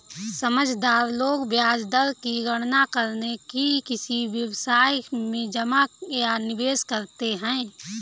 समझदार लोग ब्याज दर की गणना करके ही किसी व्यवसाय में जमा या निवेश करते हैं